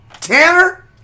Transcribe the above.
Tanner